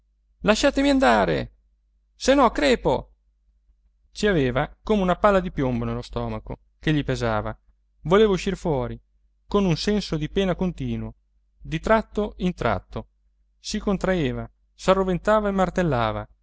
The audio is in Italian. lasciatemi andare se no crepo ci aveva come una palla di piombo nello stomaco che gli pesava voleva uscir fuori con un senso di pena continuo di tratto in tratto si contraeva s'arroventava e martellava